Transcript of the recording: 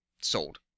sold